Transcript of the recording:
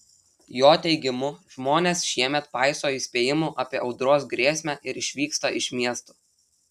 jo teigimu žmonės šiemet paiso įspėjimų apie audros grėsmę ir išvyksta iš miesto